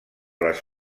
les